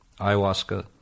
ayahuasca